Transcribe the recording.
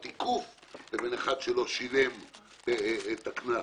התיקוף לבין מי שלא שילם את דמי הנסיעה,